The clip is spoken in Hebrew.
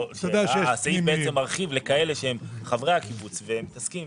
הסעיף בעצם מרחיב לכאלה שהם חברי הקיבוץ והם מתעסקים